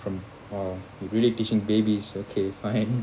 from orh you're really teaching babies okay fine